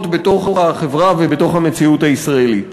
בתוך החברה ובתוך המציאות הישראלית.